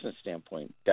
standpoint